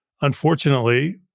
unfortunately